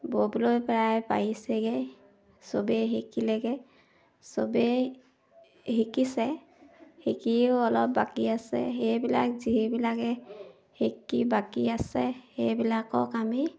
ব'বলৈ প্ৰায় পাৰিছেগৈ চবেই শিকিলেগৈ চবেই শিকিছে শিকিও অলপ বাকী আছে সেইবিলাক যিবিলাকে শিকি বাকী আছে সেইবিলাকক আমি